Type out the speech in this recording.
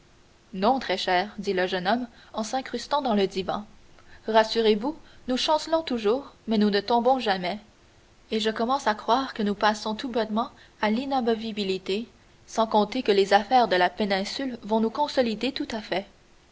non très cher dit le jeune homme en s'incrustant dans le divan rassurez-vous nous chancelons toujours mais nous ne tombons jamais et je commence à croire que nous passons tout bonnement à l'inamovibilité sans compter que les affaires de la péninsule vont nous consolider tout à fait